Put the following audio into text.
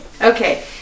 Okay